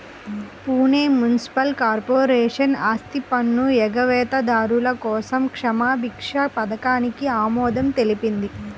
Pune municipal corporation ఆస్తిపన్ను ఎగవేతదారుల కోసం క్షమాభిక్ష పథకానికి ఆమోదం తెలిపింది